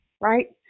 right